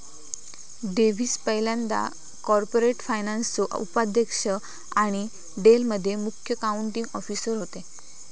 Davis पयल्यांदा corporate फायनान्सचो उपाध्यक्ष आणि डेल मध्ये मुख्य अकाउंटींग ऑफिसर होते